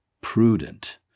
prudent